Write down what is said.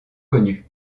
connu